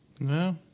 No